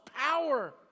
power